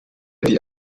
die